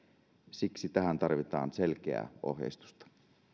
siksi tähän tarvitaan selkeää ohjeistusta